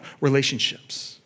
relationships